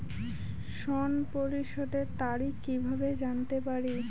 ঋণ পরিশোধের তারিখ কিভাবে জানতে পারি?